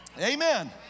Amen